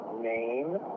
Name